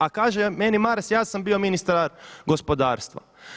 A kaže meni Maras ja sam bio ministar gospodarstva.